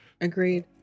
Agreed